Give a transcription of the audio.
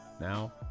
Now